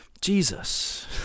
Jesus